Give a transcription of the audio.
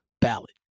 ballot